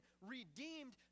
redeemed